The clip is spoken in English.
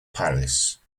palace